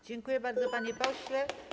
Dziękuję bardzo, panie pośle.